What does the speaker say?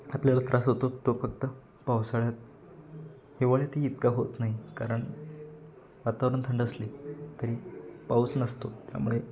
आपल्याला त्रास होतो तो फक्त पावसाळ्यात हिवाळ्यातही इतका होत नाही कारण वातावरण थंड असले तरी पाऊस नसतो त्यामुळे